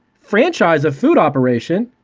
franchise a food operation,